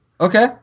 Okay